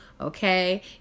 okay